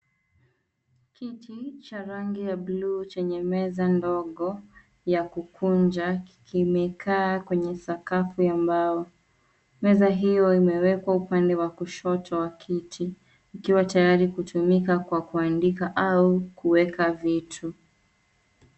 Kiti cha rangi ya bluu chenye meza ndogo ya kukunja kimekaa kwenye sakafu ya mbao. Meza hiyo imewekwa upande wa kushoto wa kiti, ikiwa tayari kutumika kwa kuandika au kuweka vitu.